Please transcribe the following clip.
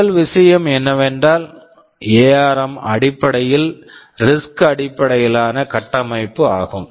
முதல் விஷயம் என்னவென்றால் எஆர்ம் ARM அடிப்படையில் ரிஸ்க் RISC அடிப்படையிலான கட்டமைப்பு ஆகும்